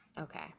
Okay